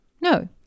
No